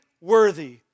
worthy